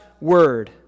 word